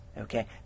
Okay